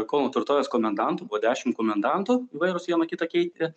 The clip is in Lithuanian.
kauno tvirtovės komendantų buvo dešimt komendantų įvairūs viena kitą keitė